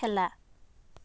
খেলা